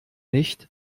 nicht